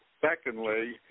Secondly